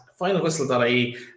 FinalWhistle.ie